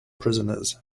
prisoners